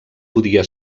podia